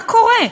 מה קורה?